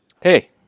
Hey